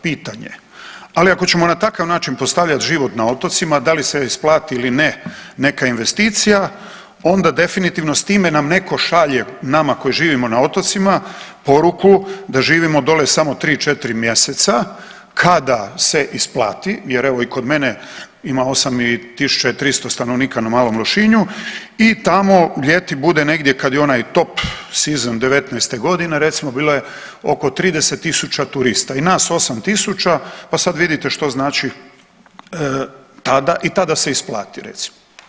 Pitanje je, ali ako ćemo na takav način postavljati život na otocima, da li se isplati ili ne neka investicija onda definitivno s time nam netko šalje, nama koji živimo na otocima poruku da živimo dolje samo 3-4 mjeseca kada se isplati jer evo i kod mene ima 8.300 stanovnika na Malom Lošinju i tamo ljeti bude negdje kad je onaj top sezon '19. godine recimo bilo je oko 30.000 turista i nas 8.000 pa sad vidite što znači tada i tada se isplati recimo.